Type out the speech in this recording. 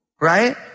Right